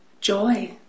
joy